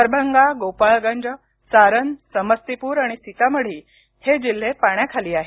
दरभंगा गोपाळगंज सारन समस्तीपूर आणि सीतामढी हे जिल्हे पाण्याखाली आहेत